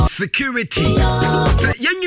security